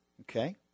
Okay